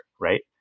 right